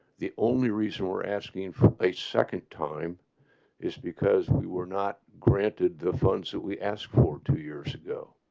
the only reason we're asking for a second time is because we were not granted the funds that we asked for two years ago.